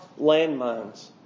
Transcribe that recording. landmines